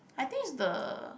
I think is the